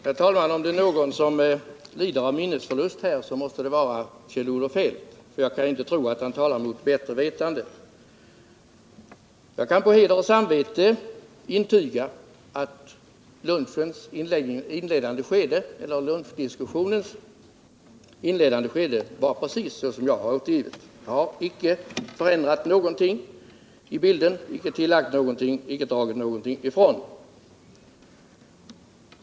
Herr talman! Om det är någon som lider av minnesförlust så måste det vara Kjell-Olof Feldt — för jag kan inte tro att han talar mot bättre vetande. Jag kan på heder och samvete intyga att lunchdiskussionens inledande skede var precis så som jag har återgivit det. Jag har icke förändrat någonting, icke tillagt någonting, icke dragit någonting ifrån.